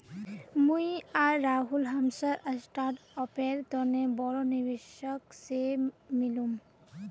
मुई आर राहुल हमसार स्टार्टअपेर तने बोरो निवेशक से मिलुम